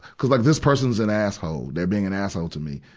cuz like this person's an asshole. they're being an asshole to me.